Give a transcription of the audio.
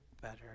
better